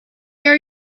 are